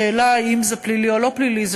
השאלה אם זה פלילי או לא פלילי היא